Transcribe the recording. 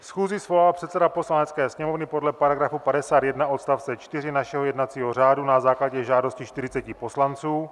Schůzi svolal předseda Poslanecké sněmovny podle § 51 odst. 4 našeho jednacího řádu na základě žádosti 40 poslanců.